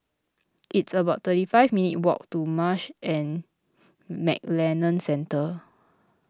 it's about thirty five minutes' walk to Marsh and McLennan Centre